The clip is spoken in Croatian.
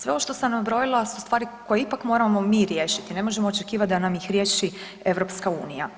Sve ovo što sam nabrojila su stvari koje ipak moramo mi riješiti, ne možemo očekivati da nam ih riješi EU.